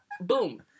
boom